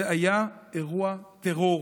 זה היה אירוע טרור.